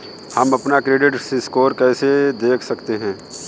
हम अपना credit score कैसे देख सकते हैं?